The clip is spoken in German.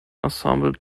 ensemble